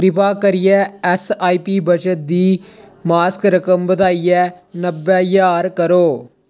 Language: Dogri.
कृपा करियै ऐस्सआईपी बचत दी मासक रकम बधाइयै नब्बै ज्हार करो